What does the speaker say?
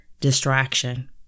distraction